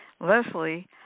Leslie